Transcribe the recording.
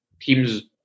teams